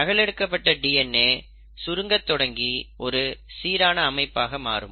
நகல் எடுக்கப்பட்ட டிஎன்ஏ சுருங்கத் தொடங்கி ஒரு சீரான அமைப்பாக மாறும்